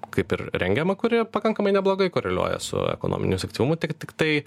kaip ir rengiamą kuri pakankamai neblogai koreliuoja su ekonominiu aktyvumu tik tiktai